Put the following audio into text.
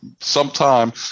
sometime